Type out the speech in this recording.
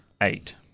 Eight